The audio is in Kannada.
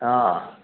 ಆಂ